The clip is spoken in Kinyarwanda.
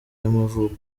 y’amavuko